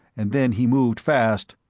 and then he moved fast.